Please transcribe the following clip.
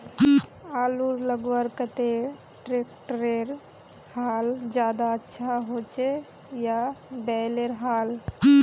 आलूर लगवार केते ट्रैक्टरेर हाल ज्यादा अच्छा होचे या बैलेर हाल?